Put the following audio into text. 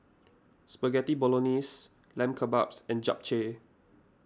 Spaghetti Bolognese Lamb Kebabs and Japchae